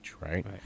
right